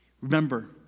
Remember